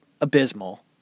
abysmal